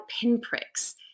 pinpricks